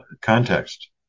context